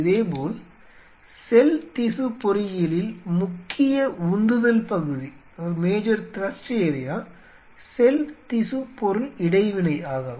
இதேபோல் செல் திசு பொறியியலில் முக்கிய உந்துதல் பகுதி செல் திசு பொருள் இடைவினை ஆகும்